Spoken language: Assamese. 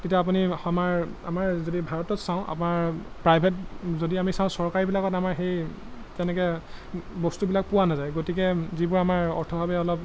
তেতিয়া আপুনি আমাৰ আমাৰ যদি ভাৰতত চাওঁ আমাৰ প্ৰাইভেট যদি আমি চাওঁ চৰকাৰীবিলাকত আমাৰ সেই তেনেকৈ বস্তুবিলাক পোৱা নাযায় গতিকে যিবোৰ আমাৰ অৰ্থভাৱে অলপ